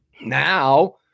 now